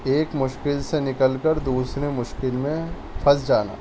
ایک مشکل سے نکل کر دوسرے مشکل میں پھنس جانا